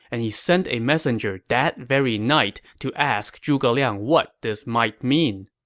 and he sent a messenger that very night to ask zhuge liang what this might mean.